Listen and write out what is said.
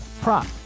prop